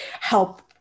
help